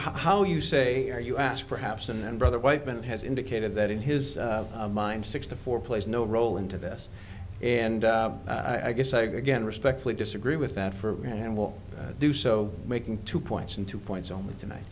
how you say or you ask perhaps and brother whiteman has indicated that in his mind six to four plays no role into this and i guess i again respectfully disagree with that for and will do so making two points and two points only tonight